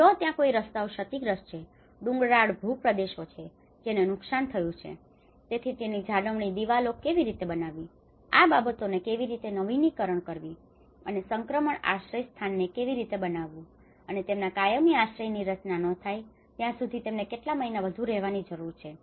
જો ત્યાં કોઈ રસ્તાઓ ક્ષતિગ્રસ્ત છે ડુંગરાળ ભૂપ્રદેશો છે જેને નુકસાન થયું છે તેથી તેની જાળવણી દિવાલો કેવી રીતે બનાવવી આ બાબતોને કેવી રીતે નવીકરણ કરવી અને સંક્રમણ આશ્રય સ્થાનને કેવી રીતે બનાવવું અને તેમના કાયમી આશ્રયની રચના ન થાય ત્યાં સુધી તેમને કેટલા મહિના વધુ રહેવાની જરૂર છે